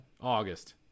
August